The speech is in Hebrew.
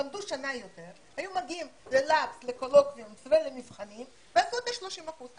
למדו שנה יותר והיו מגיעים למבחנים ועשו את ה-30 אחוזים,